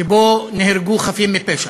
שבו נהרגו חפים מפשע.